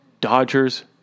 Dodgers